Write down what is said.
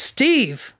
Steve